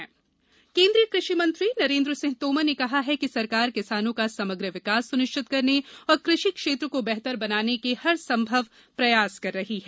तोमर क़षि कानून केंद्रीय कृषि मंत्री नरेन्द्र सिंह तोमर ने कहा है कि सरकार किसानों का समग्र विकास स्निश्चित करने और कृषि क्षेत्र को बेहतर बनाने के हरसंभव प्रयास कर रही है